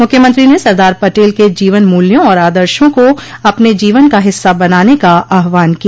मुख्यमंत्री ने सरदार पटेल के जीवन मूल्यों और आदर्शो को अपने जीवन का हिस्सा बनाने का आह्वान किया